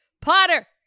Potter